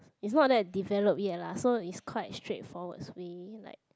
it's not that developed yet lah so it's quite straightforward way like